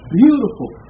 beautiful